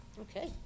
Okay